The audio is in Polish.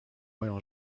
moją